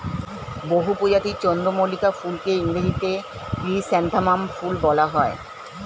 বহু প্রজাতির চন্দ্রমল্লিকা ফুলকে ইংরেজিতে ক্রিস্যান্থামাম ফুল বলা হয়